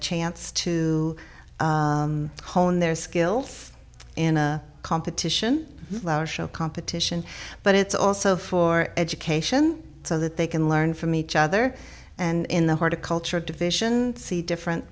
chance to hone their skills in a competition show competition but it's also for education so that they can learn from each other and in the heart a culture of division see different